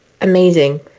amazing